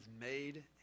made